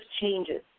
changes